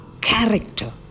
character